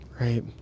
right